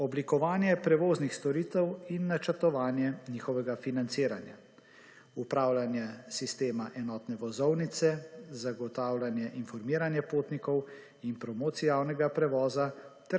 oblikovanje prevoznih storitev in načrtovanje njihovega financiranja, upravljanje sistema enotne vozovnice, zagotavljanje informiranja potnikov in promocija javnega prevoza